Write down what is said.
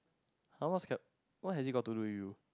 [huh] what's cap why have it got toward you